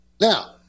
Now